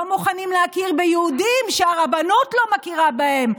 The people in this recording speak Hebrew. לא מוכנים להכיר ביהודים שהרבנות לא מכירה בהם.